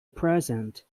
present